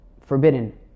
forbidden